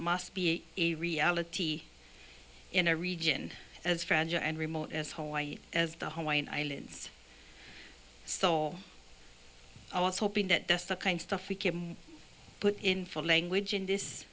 must be a reality in a region as fragile and remote as hawaii as the hawaiian islands so i was hoping that that's the kind stuff we can put in for language in this